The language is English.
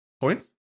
Points